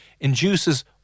induces